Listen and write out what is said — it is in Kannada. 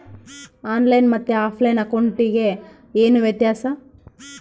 ಆನ್ ಲೈನ್ ಮತ್ತೆ ಆಫ್ಲೈನ್ ಅಕೌಂಟಿಗೆ ಏನು ವ್ಯತ್ಯಾಸ?